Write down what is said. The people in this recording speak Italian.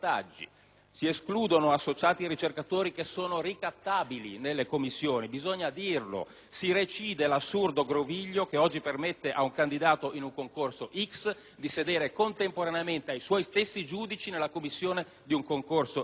si escluderanno associati e ricercatori che sono ricattabili nelle commissione - bisogna dirlo! - recidendo l'assurdo groviglio che oggi permette ad un candidato in un concorso "x" di sedere contemporaneamente ai suoi stessi giudici nella commissione di un concorso